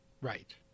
Right